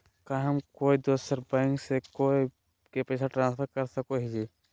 का हम कोई दूसर बैंक से कोई के पैसे ट्रांसफर कर सको हियै?